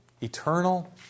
eternal